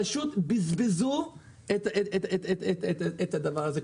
פשוט בזבזו את הדבר הזה.